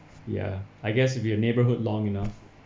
ya I guess it'd be a neighborhood long enough